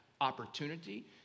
opportunity